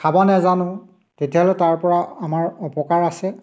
খাব নাজানো তেতিয়াহ'লে তাৰপৰা আমাৰ অপকাৰ আছে